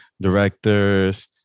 directors